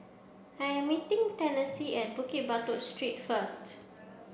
I'm meeting Tennessee at Bukit Batok Street first